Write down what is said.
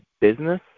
business